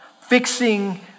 Fixing